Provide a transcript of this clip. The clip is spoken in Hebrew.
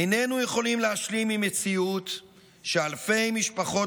איננו יכולים להשלים עם מציאות שאלפי משפחות